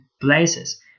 places